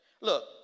Look